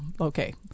okay